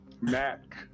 Mac